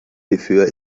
hierfür